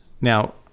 now